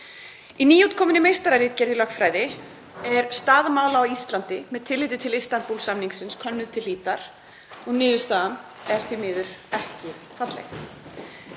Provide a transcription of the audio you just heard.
Í nýútkominni meistararitgerð í lögfræði er staða mála á Íslandi með tilliti til Istanbúl-samningsins könnuð til hlítar og niðurstaðan er því miður ekki falleg.